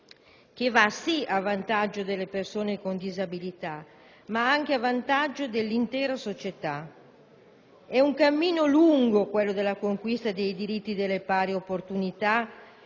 che va sì a vantaggio delle persone con disabilità, ma anche a vantaggio dell'intera società. La conquista dei diritti delle pari opportunità